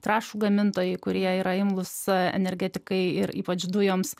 trąšų gamintojai kurie yra imlūs energetikai ir ypač dujoms